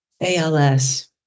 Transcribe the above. ALS